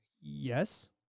yes